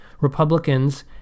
Republicans